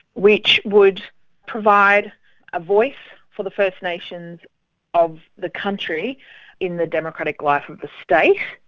which would provide a voice for the first nations of the country in the democratic life of the state.